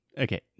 Okay